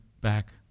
back